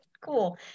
cool